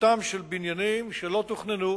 התמוטטותם של בניינים שלא תוכננו